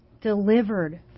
delivered